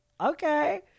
okay